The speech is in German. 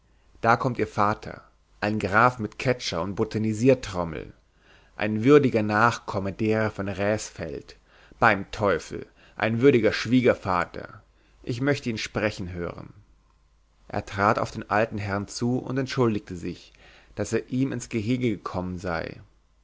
da kommt ihr vater ein graf mit ketscher und botanisiertrommel ein würdiger nachkomme derer von raesfeld beim teufel ein würdiger schwiegervater ich möchte ihn sprechen hören er trat auf den alten herrn zu und entschuldigte sich daß er ihm ins gehege gekommen sei